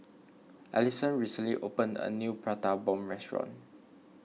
Allyson recently opened a new Prata Bomb Restaurant